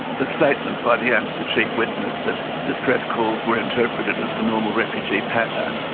the statement by the amsa chief witness that distress calls were interpreted as the normal refugee patter,